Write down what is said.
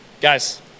guys